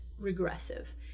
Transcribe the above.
regressive